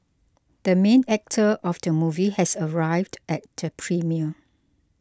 the main actor of the movie has arrived at the premiere